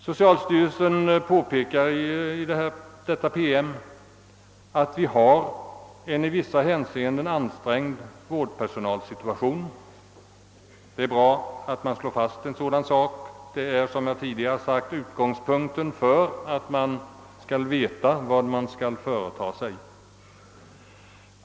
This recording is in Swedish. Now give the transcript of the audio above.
Socialstyrelsen påpekar i denna PM, att vi har en i vissa hänseenden ansträngd vårdpersonalsituation. Det är bra att en sådan sak slås fast, ty det är som sagt utgångspunkten när man vill veta vad man skall företa sig.